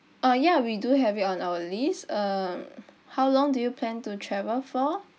uh ya we do have it on our list uh how long do you plan to travel for